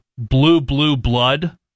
blue-blue-blood